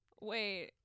Wait